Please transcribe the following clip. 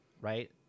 right